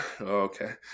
okay